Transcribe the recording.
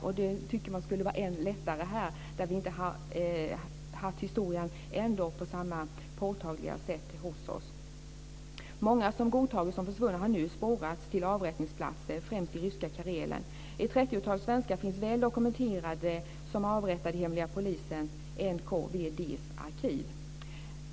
Man tycker att det skulle vara än lättare här, där vi inte har haft historien hos oss på samma påtagliga sätt. Många som godtagits som försvunna har nu spårats till avrättningsplatser, främst i ryska Karelen. Ett trettiotal svenskar finns väl dokumenterade som avrättade i hemliga polisens, NKVD:s, arkiv.